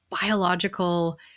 biological